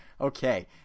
okay